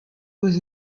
was